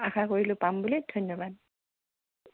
আশা কৰিলোঁ পাম বুলি ধন্যবাদ